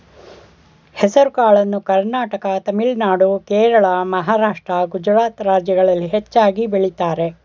ಹೆಸರುಕಾಳನ್ನು ಕರ್ನಾಟಕ ತಮಿಳುನಾಡು, ಕೇರಳ, ಮಹಾರಾಷ್ಟ್ರ, ಗುಜರಾತ್ ರಾಜ್ಯಗಳಲ್ಲಿ ಹೆಚ್ಚಾಗಿ ಬೆಳಿತರೆ